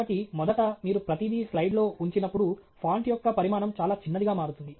కాబట్టి మొదట మీరు ప్రతిదీ స్లైడ్లో ఉంచినప్పుడు ఫాంట్ యొక్క పరిమాణం చాలా చిన్నదిగా మారుతుంది